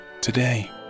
today